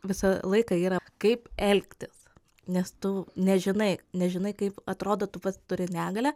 visą laiką yra kaip elgtis nes tu nežinai nežinai kaip atrodo tu pats turi negalią